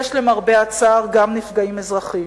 יש למרבה הצער גם נפגעים אזרחים.